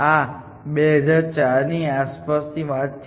આ 2004ની આસપાસ ની વાત છે